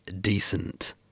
decent